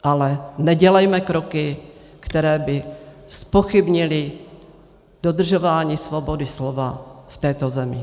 Ale nedělejme kroky, které by zpochybnily dodržování svobody slova v této zemi.